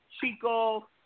Chico